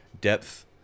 depth